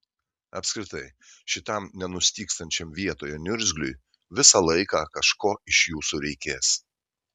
apskritai šitam nenustygstančiam vietoje niurzgliui visą laiką kažko iš jūsų reikės